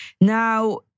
Now